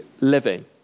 living